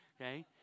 Okay